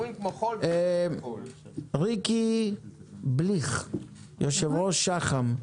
ריקי בליך, יושבת-ראש שח"ם,